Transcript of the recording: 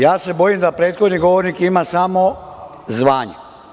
Ja se bojim da prethodni govornik ima samo zvanje.